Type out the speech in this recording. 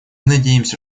надеемся